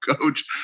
coach